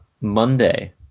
Monday